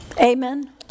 Amen